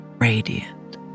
Radiant